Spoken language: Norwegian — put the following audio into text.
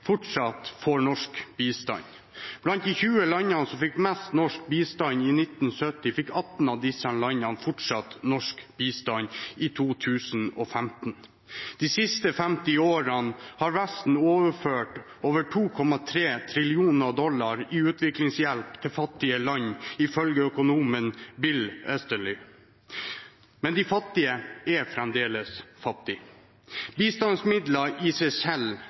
fortsatt får norsk bistand. Blant de 20 landene som fikk mest norsk bistand i 1970, fikk 18 av landene fortsatt norsk bistand i 2015. De siste 50 årene har Vesten overført over 2,3 trillioner dollar i utviklingshjelp til fattige land, ifølge økonomen William Easterly. Men de fattige er fremdeles fattige. Bistandsmidler i seg selv